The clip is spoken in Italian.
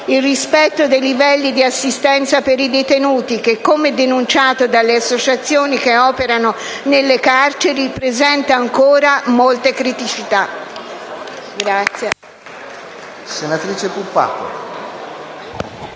il rispetto dei livelli di assistenza per i detenuti, che - come denunciato dalle associazioni che operano nelle carceri - presenta ancora molte criticità.